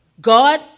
God